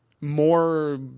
more